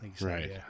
Right